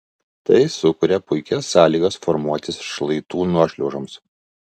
tai sukuria puikias sąlygas formuotis šlaitų nuošliaužoms